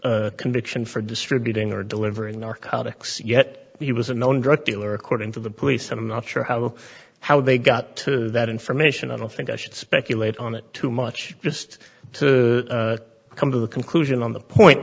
a conviction for distributing or delivering narcotics yet he was a known drug dealer according to the police and i'm not sure how how they got that information i don't think i should speculate on it too much just to come to the conclusion on the point